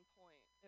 point